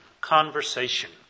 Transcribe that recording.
conversation